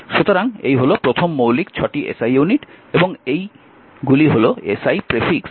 সুতরাং এই হল প্রথম মৌলিক 6 টি SI ইউনিট এবং এইগুলি SI প্রেফিক্স